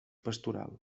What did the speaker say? pastoral